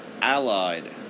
allied